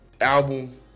album